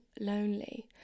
lonely